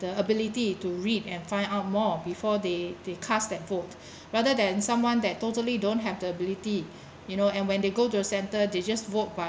the ability to read and find out more before they they cast that vote rather than someone that totally don't have the ability you know and when they go to the center they just vote but